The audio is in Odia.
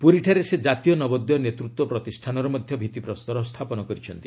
ପୁରୀଠାରେ ସେ ଜାତୀୟ ନବୋଦୟ ନେତୃତ୍ୱ ପ୍ରତିଷ୍ଠାନର ମଧ୍ୟ ଭିତ୍ତିପ୍ରସ୍ତର ସ୍ଥାପନ କରିଛନ୍ତି